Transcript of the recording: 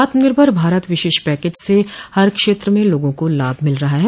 आत्मनिर्भर भारत विशेष पैकेज से हर क्षेत्र में लोगों को लाभ मिल रहा है